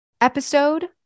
episode